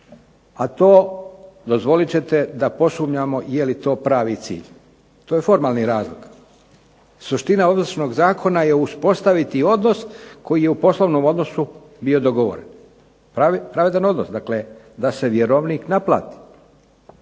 a to dozvolit ćete da posumnjamo je li to pravi cilj. To je formalni razlog. Suština Ovršnog zakona je uspostaviti odnos koji je u poslovnom odnosu bio dogovoren. Pravedan odnos, dakle da se vjerovnik naplati,